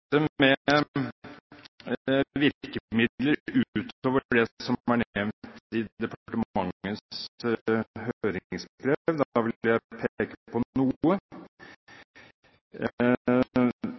med virkemidler utover det som er nevnt i departementets høringsbrev. Da vil jeg peke på noe